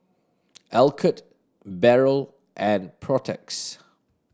Alcott Barrel and Protex